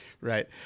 Right